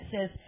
says